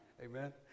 Amen